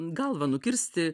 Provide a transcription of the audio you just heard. galvą nukirsti